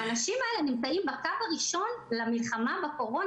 האנשים האלה נמצאים בקו הראשון למלחמה בקורונה,